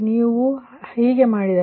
ನೀವು ಹಾಗೆ ಮಾಡಿದರೆ ನೀವು 46